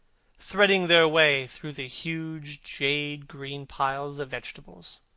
threading their way through the huge, jade-green piles of vegetables.